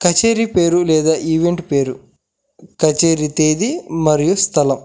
కచేరి పేరు లేదా ఈవెంట్ పేరు కచేరి తేదీ మరియు స్థలం